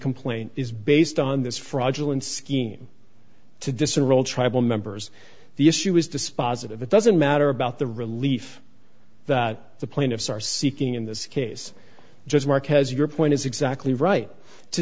complaint is big based on this fraudulent scheme to disenroll tribal members the issue is dispositive it doesn't matter about the relief that the plaintiffs are seeking in this case just mark has your point is exactly right to